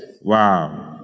Wow